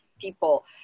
people